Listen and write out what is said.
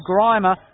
Grimer